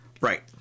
Right